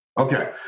Okay